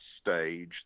stage